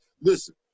listen